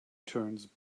turns